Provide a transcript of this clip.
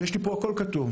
ויש לי הכול כתוב,